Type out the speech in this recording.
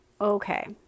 Okay